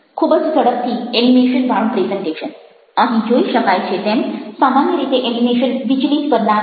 ખૂબ જ ઝડપથી એનિમેશન વાળું પ્રેઝન્ટેશન અહીં જોઇ શકાય છે તેમ સામાન્ય રીતે એનિમેશન વિચલિત કરનાર છે